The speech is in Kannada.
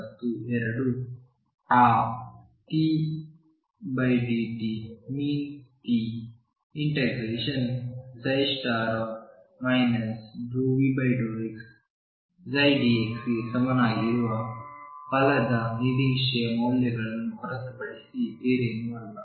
ಮತ್ತು ಎರಡು ಆ ddt⟨p⟩ ∂V∂xψ dxಗೆ ಸಮನಾಗಿರುವ ಬಲದ ನಿರೀಕ್ಷೆಯ ಮೌಲ್ಯವನ್ನು ಹೊರತುಪಡಿಸಿ ಬೇರೇನು ಅಲ್ಲ